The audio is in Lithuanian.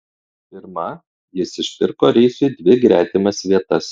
pirma jis išpirko reisui dvi gretimas vietas